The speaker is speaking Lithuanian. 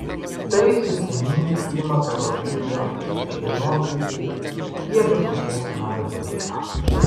tai sistemingi klimato rodiklio reikšmių nuokrypiai į abi puses nuo vidurkio